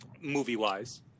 movie-wise